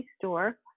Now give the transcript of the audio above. store